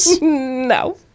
No